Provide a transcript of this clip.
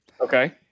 Okay